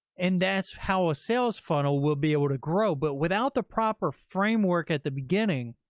and that's how a sales funnel will be able to grow. but without the proper framework at the beginning,